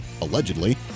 allegedly